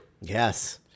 Yes